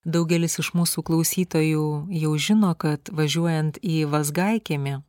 daugelis iš mūsų klausytojų jau žino kad važiuojant į vazgaikiemį